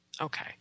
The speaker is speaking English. Okay